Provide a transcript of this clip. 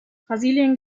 brasilien